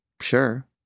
sure